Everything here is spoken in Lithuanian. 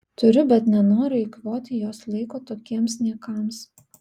turiu bet nenoriu eikvoti jos laiko tokiems niekams